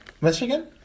Michigan